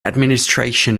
administration